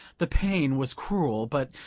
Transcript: the pain was cruel, but,